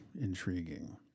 intriguing